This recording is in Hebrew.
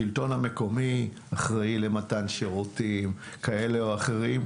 השלטון המקומי אחראי למתן שירותים כאלה או אחרים,